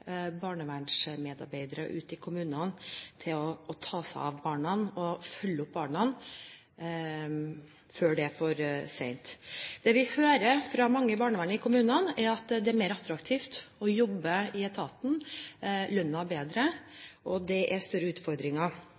barnevernsmedarbeidere ute i kommunene til å ta seg av dem og følge dem opp før det er for sent. Det vi hører fra mange i barnevernet i kommunene, er at det er mer attraktivt å jobbe i etaten. Lønnen er bedre, og det er større utfordringer.